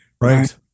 right